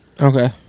okay